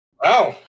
Wow